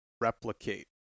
replicate